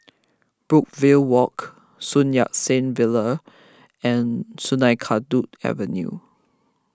Brookvale Walk Sun Yat Sen Villa and Sungei Kadut Avenue